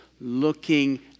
looking